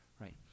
right